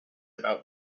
about